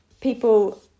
people